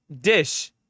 Dish